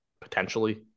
potentially